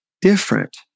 different